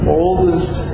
oldest